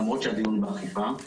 למרות שהדיון הוא באכיפה.